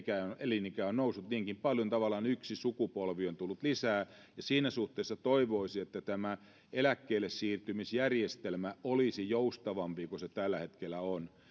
elinikä on noussut niinkin paljon tavallaan yksi sukupolvi on tullut lisää ja siinä suhteessa toivoisi että tämä eläkkeellesiirtymisjärjestelmä olisi joustavampi kuin se tällä hetkellä on